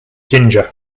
ginger